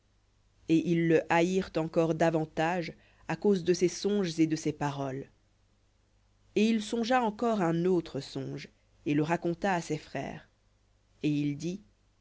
et ils le haïrent encore davantage à cause de ses songes et de ses paroles et il songea encore un autre songe et le raconta à ses frères et il dit